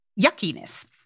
yuckiness